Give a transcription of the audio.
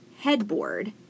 headboard